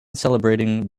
celebrating